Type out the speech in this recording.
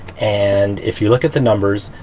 and if you look at the numbers,